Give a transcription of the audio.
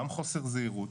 גם חוסר זהירות.